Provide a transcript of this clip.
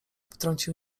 wtrącił